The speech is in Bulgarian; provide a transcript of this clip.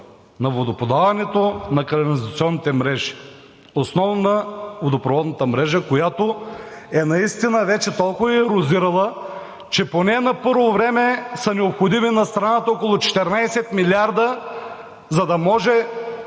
на водоподаването, на канализационните мрежи, основно на водопроводната мрежа, която наистина вече толкова е ерозирала, че поне на първо време са необходими на страната около 14 милиарда, за да може